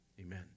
Amen